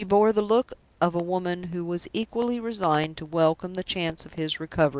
she bore the look of a woman who was equally resigned to welcome the chance of his recovery,